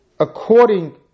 According